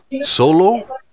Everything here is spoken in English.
solo